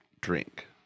drink